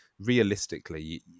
realistically